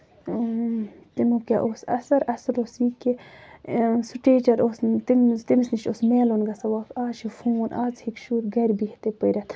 اۭں تَمیُک کیاہ اوس اَثر اَثر اوس یہِ کہِ سُہ ٹیٖچر اوس نہٕ تٔمِس تٔمِس نِش اوس میلُن گژھان آز چھُ فون آز ہیٚکہِ شُر گرِ بِہتھٕے پٔرِتھ